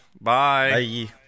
Bye